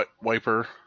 wiper